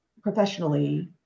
professionally